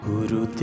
Guru